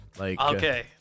Okay